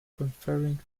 conferring